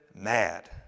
mad